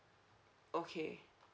okay